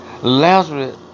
Lazarus